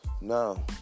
No